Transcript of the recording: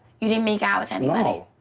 you didn't make out with anybody?